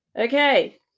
Okay